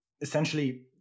essentially